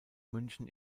münchen